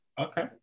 okay